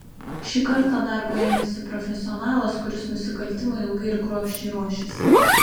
šį kartą darbo ėmėsi profesionalas kuris nusikaltimui ilgai ir kruopščiai ruošėsi